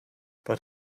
but